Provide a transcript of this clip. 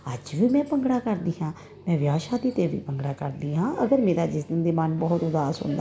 ਅੱਜ ਵੀ ਮੈਂ ਭੰਗੜਾ ਕਰਦੀ ਹਾਂ ਮੈਂ ਵਿਆਹ ਸ਼ਾਦੀ 'ਤੇ ਵੀ ਭੰਗੜਾ ਕਰਦੀ ਹਾਂ ਅਗਰ ਮੇਰਾ ਜਿਸ ਦਿਨ ਦੀ ਮਨ ਬਹੁਤ ਉਦਾਸ ਹੁੰਦਾ